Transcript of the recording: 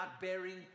bearing